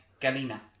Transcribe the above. galina